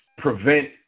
prevent